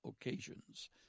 occasions